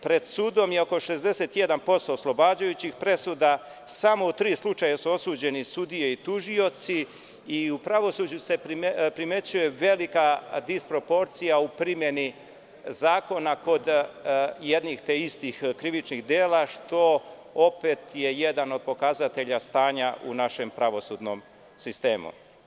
Pred sudom je oko 61% oslobađajućih presuda, samo u tri slučaja su osuđeni sudije i tužioci i u pravosuđu se primećuje velika disproporcija u primeni zakona kod jednih te istih krivičnih dela što opet je jedan od pokazatelja stanja u našem pravosudnom sistemu.